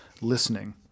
listening